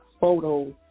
photos